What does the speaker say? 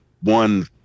one